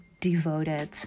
Devoted